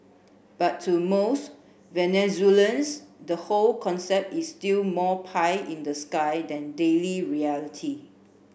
but to most Venezuelans the whole concept is still more pie in the sky than daily reality